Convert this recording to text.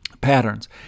patterns